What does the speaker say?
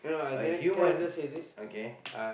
a human okay